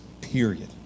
period